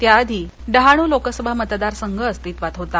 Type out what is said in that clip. त्याआधी डहाणू लोकसभा मतदारसंघ अस्तित्वात होता